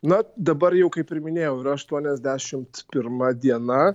na dabar jau kaip ir minėjau yra aštuoniasdešimt pirma diena